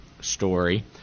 story